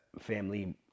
family